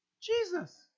Jesus